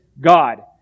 God